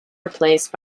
replaced